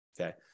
okay